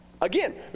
Again